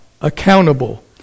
accountable